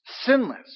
Sinless